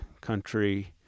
country